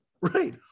Right